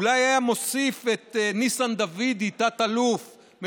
אולי הוא היה מוסיף את תת-אלוף ניסן דוידי,